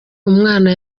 umwana